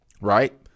right